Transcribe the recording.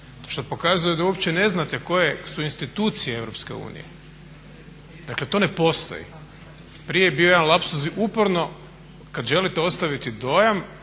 što pokazuje da uopće ne znate koje su institucije EU. Dakle, to ne postoji. Prije je bio jedan lapsus. Uporno kad želite ostaviti dojam